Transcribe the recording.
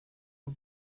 não